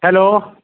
hello